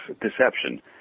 deception